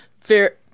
Fair